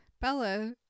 Bella